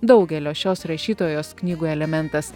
daugelio šios rašytojos knygų elementas